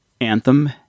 Anthem